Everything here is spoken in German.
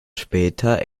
später